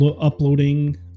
uploading